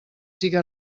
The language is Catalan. siga